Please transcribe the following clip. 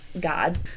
God